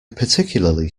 particularly